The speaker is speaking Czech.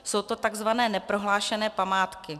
Jsou to takzvané neprohlášené památky.